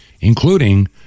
including